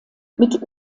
mit